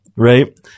Right